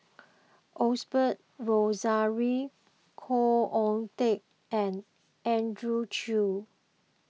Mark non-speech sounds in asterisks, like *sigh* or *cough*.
*noise* Osbert Rozario Khoo Oon Teik and Andrew Chew